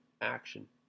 action